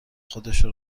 خودشو